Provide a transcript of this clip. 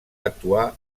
actuar